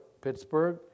Pittsburgh